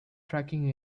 tracking